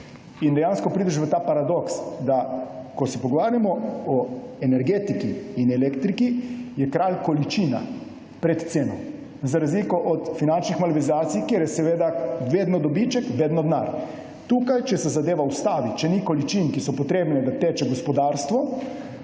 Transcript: Dejansko prideš v ta paradoks, da ko se pogovarjamo o elektriki in energetiki, je kralj količina pred ceno, za razliko od finančnih malverzacij, kjer je seveda vedno dobiček, vedno denar. Tukaj, če se zadeva ustavi, če ni količin, ki so potrebne, da teče gospodarstvo,